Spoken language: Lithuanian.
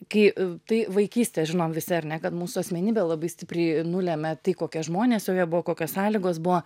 kai i tai vaikystė žinom visi ar ne kad mūsų asmenybę labai stipriai nulemia tai kokie žmonės joje buvo kokios sąlygos buvo